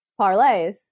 Parlays